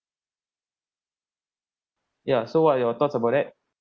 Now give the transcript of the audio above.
ya so what are your thoughts about that